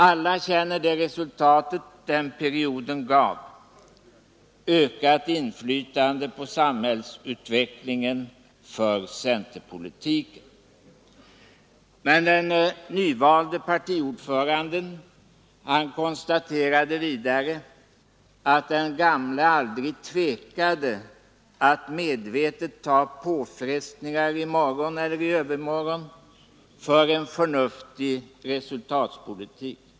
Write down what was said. Alla känner det resultat den perioden gav: ökat inflytande på samhällsutvecklingen för centerpolitiken.” Den nyvalde partiordföranden konstaterade vidare att den gamle ”aldrig tvekade att medvetet ta påfrestningar i morgon eller i övermorgon” för en förnuftig resultatpolitik.